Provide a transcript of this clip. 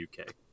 UK